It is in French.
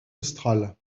australe